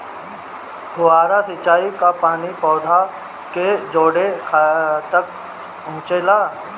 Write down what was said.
फुहारा सिंचाई का पानी पौधवा के जड़े तक पहुचे ला?